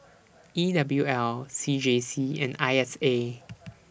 E W L C J C and I S A